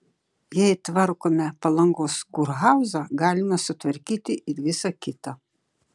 jei tvarkome palangos kurhauzą galime sutvarkyti ir visa kita